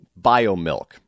BioMilk